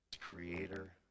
Creator